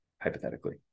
Hypothetically